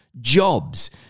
jobs